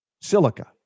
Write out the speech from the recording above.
silica